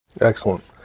Excellent